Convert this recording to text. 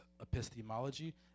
epistemology